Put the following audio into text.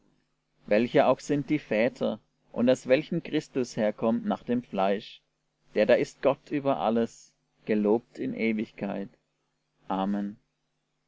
welcher auch sind die väter und aus welchen christus herkommt nach dem fleisch der da ist gott über alles gelobt in ewigkeit amen